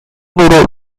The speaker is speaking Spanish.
número